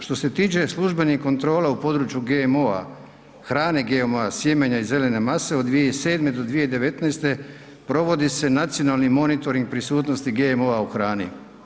Što se tiče službenih kontrola u području GMO, hrane GMO-a, sjemenja i zelene mase od 2007. do 2019. provodi se Nacionalni monitoring prisutnosti GMO-a u hrani.